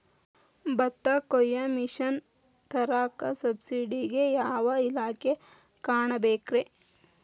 ಭತ್ತ ಕೊಯ್ಯ ಮಿಷನ್ ತರಾಕ ಸಬ್ಸಿಡಿಗೆ ಯಾವ ಇಲಾಖೆ ಕಾಣಬೇಕ್ರೇ?